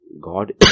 God